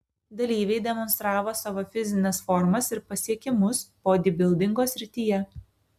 dalyviai demonstravo savo fizines formas ir pasiekimus bodybildingo srityje